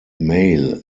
male